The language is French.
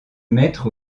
mettre